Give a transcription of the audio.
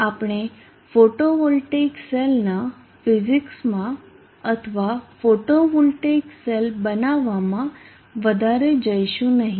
આપણે ફોટોવોલ્ટેઇક સેલના ફિઝિક્સમાં અથવા ફોટોવોલ્ટેઇક સેલ બનાવવામાં વધારે જઈશું નહીં